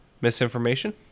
Misinformation